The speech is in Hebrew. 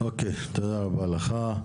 תודה רבה לך.